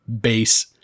base